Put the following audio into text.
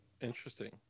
interesting